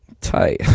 tight